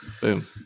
Boom